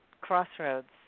crossroads